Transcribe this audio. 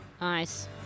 Nice